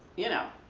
you know.